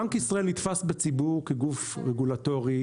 בנק ישראל נתפס בציבור כגוף רגולטורי,